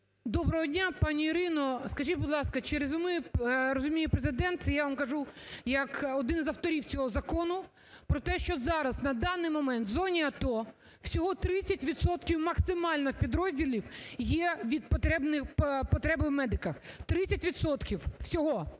Доброго дня! Пані Ірино, скажіть, будь ласка, чи розуміє Президент, це я вам кажу як один з авторів цього закону, про те, що зараз, на даний момент в зоні АТО всього 30 відсотків максимально підрозділів є від потреби в медиках. 30 відсотків